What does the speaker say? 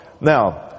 Now